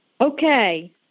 Okay